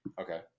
Okay